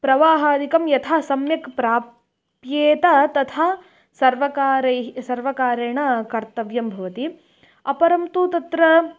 प्रवाहादिकं यथा सम्यक् प्राप्येत् तथा सर्वकारैः सर्वकारेण कर्तव्यं भवति अपरं तु तत्र